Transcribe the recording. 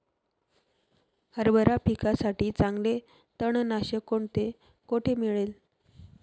हरभरा पिकासाठी चांगले तणनाशक कोणते, कोठे मिळेल?